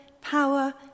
power